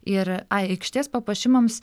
ir aikštės papuošimams